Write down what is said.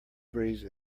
breeze